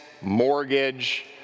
mortgage